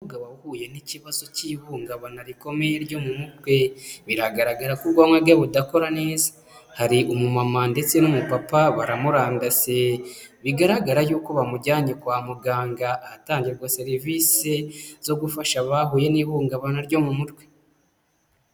Umugabo wahuye n'ikibazo cy'ihungabana rikomeye ryo mu mutwe. Biragaragara ko ubwonko bwe budakora neza. Hari umumama ndetse n'umupapa baramurandase. Bigaragara yuko bamujyanye kwa muganga, ahatangirwa serivisi zo gufasha abahuye n'ihungabana ryo mu mutwe.